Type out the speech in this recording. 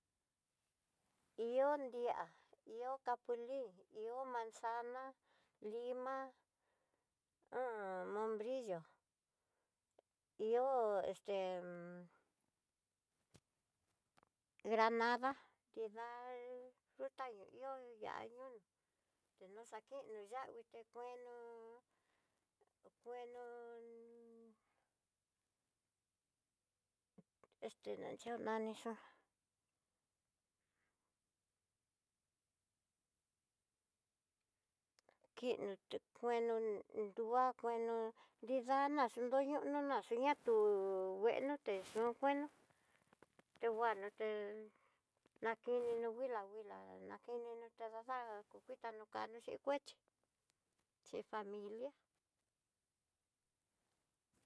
Ihó nri'a, ihó capulin, ihó manzana, limá hu menbrillo, ihó esté granada nridá fruta no ihó ñá'a ñunú, tenoxa kuii no yavii té kueno ste anria nani chó kiin no té kueno nruá kueno nridana no xa nroñono ná'a, xuñatú'u kuenoté ño'o kuenó nringuanoté nakinino kuila kuila, nakino ta dada'a kokitani chí kano chí kuechí chí familia.